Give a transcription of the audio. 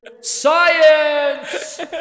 Science